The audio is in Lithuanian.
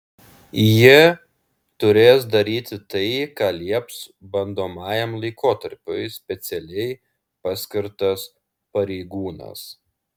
ji turės daryti tai ką lieps bandomajam laikotarpiui specialiai paskirtas pareigūnas